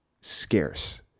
scarce